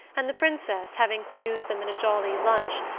and the princess, having fused them in a jolly lunch,